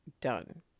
done